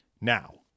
now